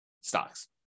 stocks